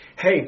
Hey